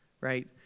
right